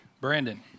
Brandon